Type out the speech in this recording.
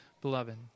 beloved